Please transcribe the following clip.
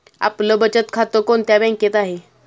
आपलं बचत खातं कोणत्या बँकेत आहे?